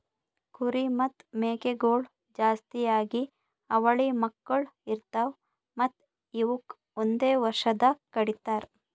ಕುರಿ ಮತ್ತ್ ಮೇಕೆಗೊಳ್ ಜಾಸ್ತಿಯಾಗಿ ಅವಳಿ ಮಕ್ಕುಳ್ ಇರ್ತಾವ್ ಮತ್ತ್ ಇವುಕ್ ಒಂದೆ ವರ್ಷದಾಗ್ ಕಡಿತಾರ್